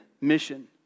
mission